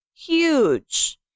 huge